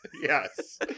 yes